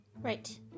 Right